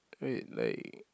wait like